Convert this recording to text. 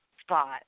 spot